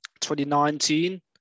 2019